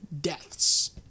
deaths